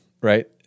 right